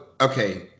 okay